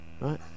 Right